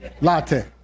Latte